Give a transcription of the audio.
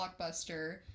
Blockbuster